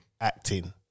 acting